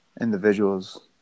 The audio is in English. individuals